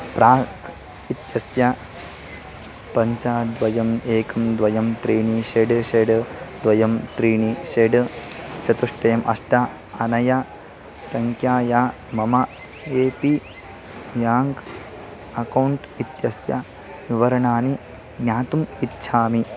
प्राक् इत्यस्य पञ्च द्वयं एकं द्वयं त्रीणि षड् षड् द्वयं त्रीणि षड् चतुष्टयम् अष्ट अनया सङ्क्याया मम ए पी व्याङ्क् अकौण्ट् इत्यस्य विवरणानि ज्ञातुम् इच्छामि